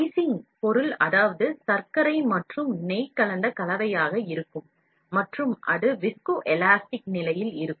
icing பொருள் அதாவது சர்க்கரை மற்றும் வெண்ணெய் கலந்த கலவையாக இருக்கும் மற்றும் அது பாகுநிலை மீள்தன்மை நிலையில் இருக்கும்